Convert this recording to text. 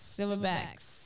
Silverbacks